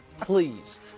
Please